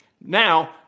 now